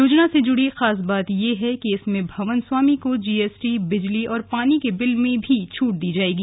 योजना से जुड़ी खास बात यह है कि इसमें भवन स्वामी को जीएसटी बिजली और पानी के बिल में भी छूट दी जाएगी